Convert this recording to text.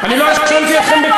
אני לא האשמתי אתכם בכלום.